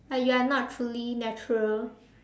or you are not truly natural